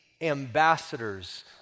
ambassadors